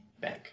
bank